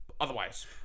otherwise